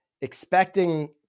expecting